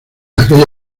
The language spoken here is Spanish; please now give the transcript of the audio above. aquella